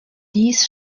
dies